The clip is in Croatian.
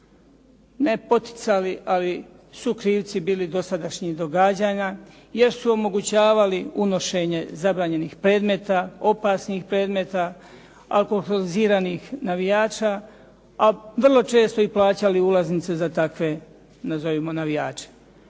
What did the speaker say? ne poticali, ali sukrivci bili dosadašnjih događanja, jer su omogućavali unošenje zabranjenih predmeta, opasnih predmeta, alkoholiziranih navijača, a vrlo često i plaćali ulaznice za takve nazovimo navijače,